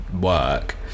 work